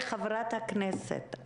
חברת הכנסת,